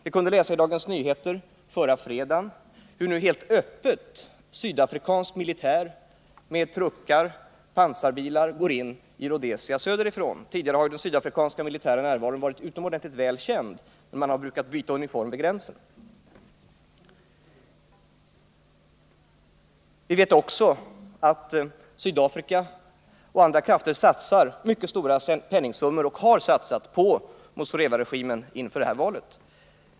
Vi kunde förra fredagen läsa i Dagens Nyheter hur nu helt öppet sydafrikansk militär med truckar och pansarbilar går in i Rhodesia söderifrån. Även tidigare har den sydafrikanska militärens närvaro varit utomordentligt väl känd, men man har brukat byta uniform vid gränsen. Vi vet också att Sydafrika och andra krafter har satsat och satsar mycket stora penningsummor på Muzorewaregimen inför detta val.